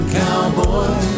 cowboy